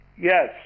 yes